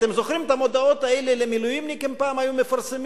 אתם זוכרים את המודעות האלה למילואימניקים שפעם היו מפרסמים,